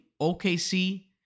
OKC